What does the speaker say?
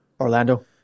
Orlando